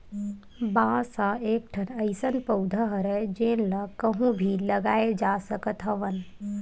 बांस ह एकठन अइसन पउधा हरय जेन ल कहूँ भी लगाए जा सकत हवन